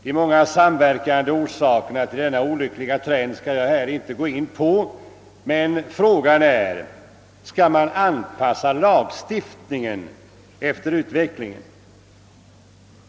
De många samverkande orsakerna till denna olyckliga trend skall jag här inte gå in på, men frågan är: Skall man anpassa lagstiftningen efter utvecklingen?